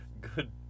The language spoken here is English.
good